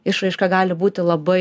išraiška gali būti labai